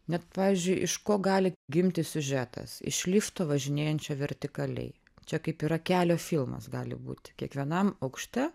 net pavyzdžiui iš ko gali gimti siužetas iš lifto važinėjančio vertikaliai čia kaip yra kelio filmas gali būti kiekvienam aukšte